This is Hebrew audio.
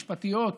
משפטיות,